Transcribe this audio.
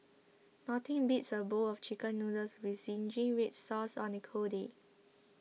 nothing beats a bowl of Chicken Noodles with Zingy Red Sauce on a cold day